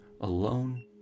alone